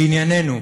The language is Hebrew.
לענייננו,